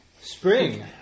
Spring